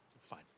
Fine